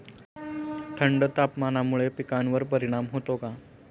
थंड तापमानामुळे पिकांवर परिणाम होतो का?